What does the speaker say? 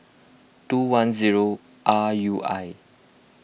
two one zero R U I